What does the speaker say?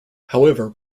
however